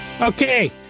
okay